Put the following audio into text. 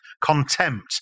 contempt